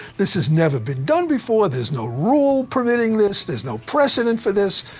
this has never been done before, there's no rule permitting this, there's no precedent for this,